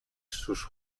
sus